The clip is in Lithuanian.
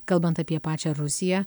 kalbant apie pačią rusiją